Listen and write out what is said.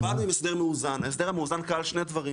באנו עם הסדר מאוזן, ההסדר המאוזן כלל שני דברים.